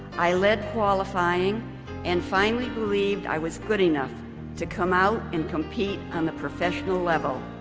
i led qualifying and finally believed i was good enough to come out and compete on the professional level.